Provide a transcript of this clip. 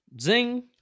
Zing